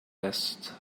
best